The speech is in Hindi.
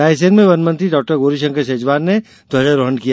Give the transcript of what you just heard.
रायसेन में वनमंत्री डॉ गौरीशंकर शेजवार ने ध्वजारोहण किया